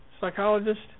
psychologist